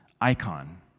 icon